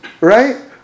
Right